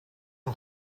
een